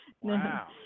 Wow